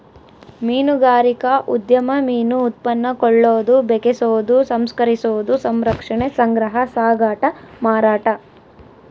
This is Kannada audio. ಮೀನುಗಾರಿಕಾ ಉದ್ಯಮ ಮೀನು ಉತ್ಪನ್ನ ಕೊಳ್ಳೋದು ಬೆಕೆಸೋದು ಸಂಸ್ಕರಿಸೋದು ಸಂರಕ್ಷಣೆ ಸಂಗ್ರಹ ಸಾಗಾಟ ಮಾರಾಟ